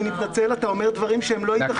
אני מתנצל, אתה אומר שהם לא ייתכנו.